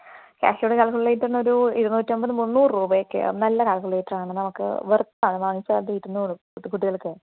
കാസ്സിയോടെ കാല്ക്കുലേറ്ററിന് ഒരു ഇരുനൂറ്റമ്പത് മുന്നൂറ് രൂപയെക്കെ ആവും നല്ല കാല്ക്കുലേറ്റർ ആണ് നമുക്ക് വര്ത്ത് ആണ് വാങ്ങിച്ചാൽ അത് ഇരുന്നോളും ഇപ്പത്തെ കുട്ടികള്ക്കെ